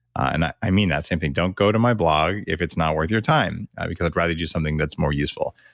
and i i mean that same thing, don't go to my blog if it's not worth your time. because i'd rather you do something that's more useful.